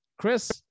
Chris